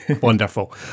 wonderful